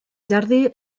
jardí